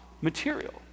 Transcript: material